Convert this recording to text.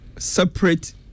separate